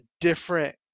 different